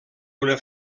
una